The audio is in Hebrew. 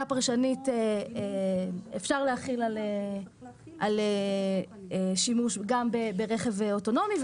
פרשנית אפשר להחיל על שימוש גם ברכב אוטונומי.